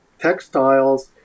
textiles